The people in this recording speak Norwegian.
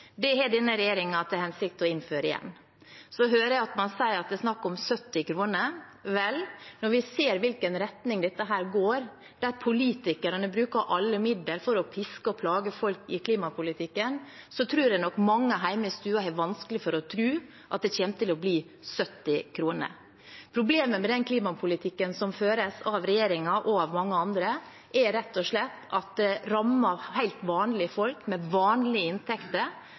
har denne regjeringen til hensikt å innføre igjen. Så hører jeg at man sier at det er snakk om 70 kr. Vel, når vi ser i hvilken retning dette går, der politikerne bruker alle midler for å piske og plage folk i klimapolitikken, tror jeg nok mange hjemme i stua har vanskelig for å tro at det kommer til å bli 70 kr. Problemet med klimapolitikken som føres av regjeringen og av mange andre, er rett og slett at den rammer helt vanlige folk med vanlige inntekter